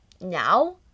Now